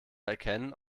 erkennen